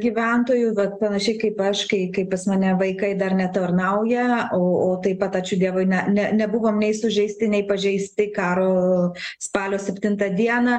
gyventojų vat panašiai kaip aš kai kaip pas mane vaikai dar netarnauja o o taip pat ačiū dievui ne ne nebuvom nei sužeisti nei pažeisti karo spalio septintą dieną